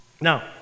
Now